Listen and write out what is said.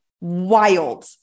wild